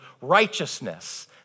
righteousness